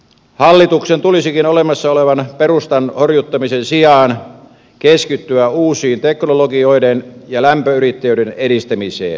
hallituksen tulisikin olemassa olevan perustan horjuttamisen sijaan keskittyä uusien teknologioiden ja lämpöyrittäjyyden edistämiseen